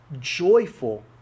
joyful